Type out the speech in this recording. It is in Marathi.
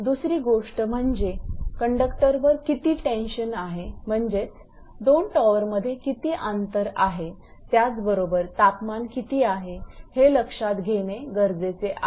दुसरी गोष्ट म्हणजे कंडक्टर वर किती टेन्शन आहे म्हणजे दोन टॉवरमध्ये किती अंतर आहे त्याचबरोबर तापमान किती आहे हे लक्षात घेणे गरजेचे आहे